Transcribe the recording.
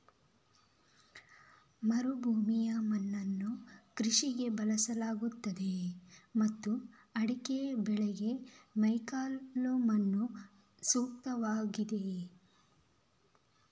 ಮರುಭೂಮಿಯ ಮಣ್ಣನ್ನು ಕೃಷಿಗೆ ಬಳಸಲಾಗುತ್ತದೆಯೇ ಮತ್ತು ಅಡಿಕೆ ಬೆಳೆಗೆ ಮೆಕ್ಕಲು ಮಣ್ಣು ಸೂಕ್ತವಾಗಿದೆಯೇ?